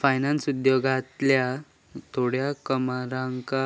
finance उद्योगातल्या थोड्या कामगारांका